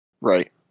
Right